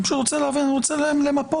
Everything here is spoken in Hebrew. אני פשוט רוצה להבין, רוצה למפות.